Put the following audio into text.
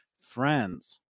friends